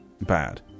bad